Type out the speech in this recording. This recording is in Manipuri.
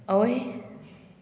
ꯑꯋꯣꯏ